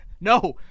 No